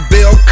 Bill